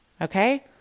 okay